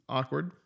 Awkward